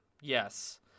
Yes